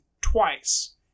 twice